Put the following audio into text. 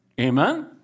Amen